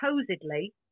supposedly